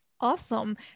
Awesome